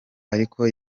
ariko